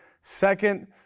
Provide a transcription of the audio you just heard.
second